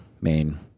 main